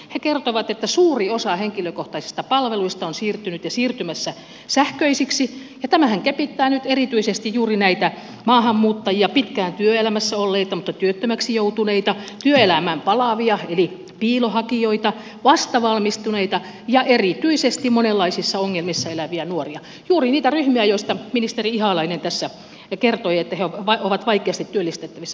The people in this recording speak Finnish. he kertovat että suuri osa henkilökohtaisista palveluista on siirtynyt ja siirtymässä sähköisiksi ja tämähän kepittää nyt erityisesti juuri näitä maahanmuuttajia pitkään työelämässä olleita mutta työttömäksi joutuneita työelämään palaavia eli piilohakijoita vastavalmistuneita ja erityisesti monenlaisissa ongelmissa eläviä nuoria juuri niitä ryhmiä joista ministeri ihalainen tässä kertoi että he ovat vaikeasti työllistettävissä